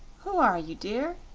who are you, dear?